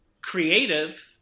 Creative